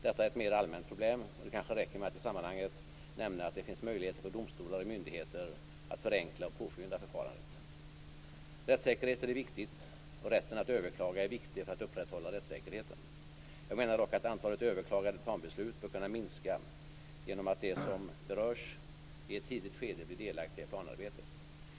Detta är ett mera allmänt problem, och det kanske räcker med att i sammanhanget nämna att det finns möjligheter för domstolar och myndigheter att förenkla och påskynda förfarandet. Rättssäkerhet är viktigt, och rätten att överklaga är viktig för att upprätthålla rättssäkerheten. Jag menar dock att antalet överklagade planbeslut bör kunna minska genom att de som berörs blir i ett tidigt skede delaktiga i planarbetet.